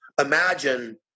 Imagine